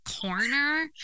corner